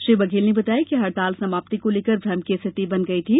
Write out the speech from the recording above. श्री बघेल ने बताया कि हड़ताल समाप्ति को लेकर भ्रम की स्थिति बन गई थी